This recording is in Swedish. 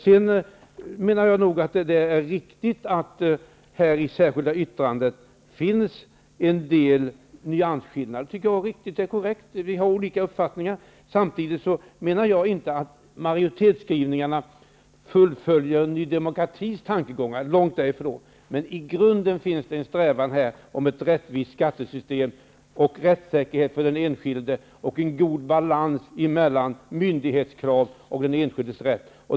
Jag menar att det i det särskilda yttrandet finns en del nyansskillnader. Det är korrekt. Vi har olika uppfattningar. Jag menar inte att majoritetsskrivningarna fullföljer Ny demokratis tankegångar, långt därifrån. Men det finns i grunden en strävan för ett rättvist skattesystem, rättssäkerhet för den enskilde och en god balans mellan myndighetskrav och den enskildes rätt.